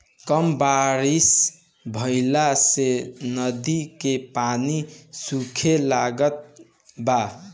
कम बारिश भईला से नदी के पानी सूखे लागल बा